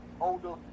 older